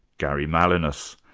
gary malinas.